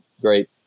great